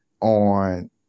on